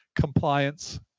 compliance